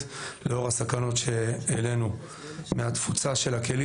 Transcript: לאור הסכנות שהעלנו מהתפוצה של הכלים.